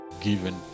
given